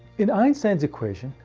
in einstein's equation,